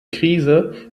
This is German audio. krise